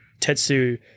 Tetsu